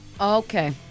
Okay